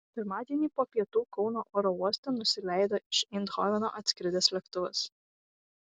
pirmadienį po pietų kauno oro uoste nusileido iš eindhoveno atskridęs lėktuvas